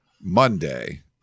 Monday